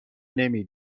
نمی